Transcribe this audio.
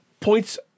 points